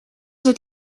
het